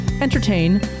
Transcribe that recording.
entertain